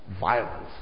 violence